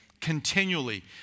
continually